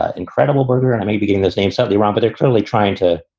ah incredible burger. and i may be getting this name somebody romba they're currently trying to,